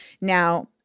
Now